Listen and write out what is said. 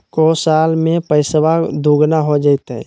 को साल में पैसबा दुगना हो जयते?